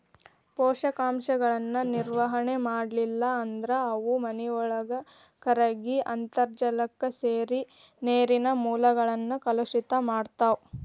ಪೋಷಕಾಂಶಗಳ ನಿರ್ವಹಣೆ ಮಾಡ್ಲಿಲ್ಲ ಅಂದ್ರ ಅವು ಮಾನಿನೊಳಗ ಕರಗಿ ಅಂತರ್ಜಾಲಕ್ಕ ಸೇರಿ ನೇರಿನ ಮೂಲಗಳನ್ನ ಕಲುಷಿತ ಮಾಡ್ತಾವ